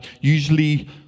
Usually